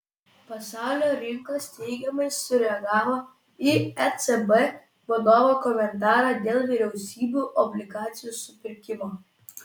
pasaulio rinkos teigiamai sureagavo į ecb vadovo komentarą dėl vyriausybių obligacijų supirkimo